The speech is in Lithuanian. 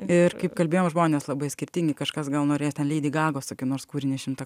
ir kaip kalbėjom žmonės labai skirtingi kažkas gal norės ten leidi gagos tokį nors kūrinį šimtą